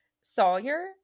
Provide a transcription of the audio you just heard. Sawyer